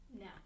No